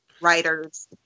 writers